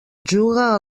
juga